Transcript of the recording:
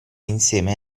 insieme